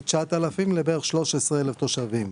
מ-9,000 לכ-13 אלף תושבים.